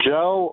Joe